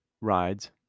rides